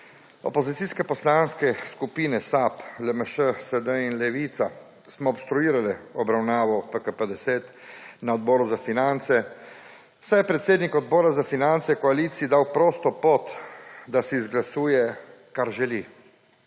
Opozicije poslanske skupine SAB, LMŠ, SD in Levica smo obstruirale obravnavo PKP10 na Odboru za finance, saj je predsednik Odbora za finance koaliciji dal prosto pot, da si izglasuje, kar želi.